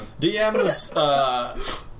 DMs